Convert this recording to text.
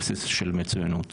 על בסיס של מצוינות.